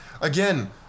Again